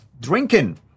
drinking